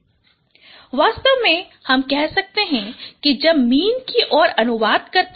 1NYTY वास्तव में हम कह सकते हैं कि जब मीन की ओर अनुवाद करते हैं